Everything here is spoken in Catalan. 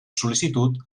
sol·licitud